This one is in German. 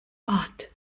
art